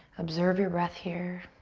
observe your breath here.